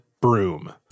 broom